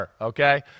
okay